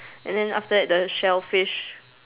and then after that the shellfish